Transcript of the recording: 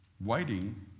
Waiting